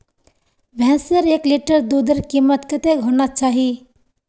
भैंसेर एक लीटर दूधेर कीमत कतेक होना चही?